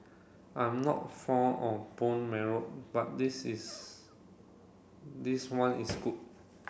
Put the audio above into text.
I'm not fond of bone marrow but this is this one is good